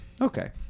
Okay